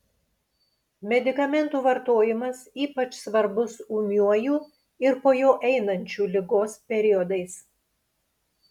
medikamentų vartojimas ypač svarbus ūmiuoju ir po jo einančiu ligos periodais